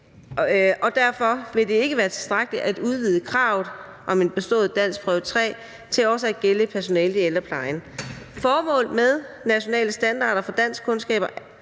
og derfor vil det ikke være tilstrækkeligt at udvide kravet om en bestået danskprøve 3 til også at gælde personalet i ældreplejen. Formålet med nationale standarder for danskkundskaber